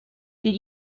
did